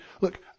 Look